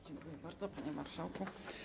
Dziękuję bardzo, panie marszałku.